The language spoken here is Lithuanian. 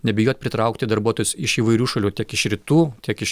nebijot pritraukti darbuotojus iš įvairių šalių tiek iš rytų tiek iš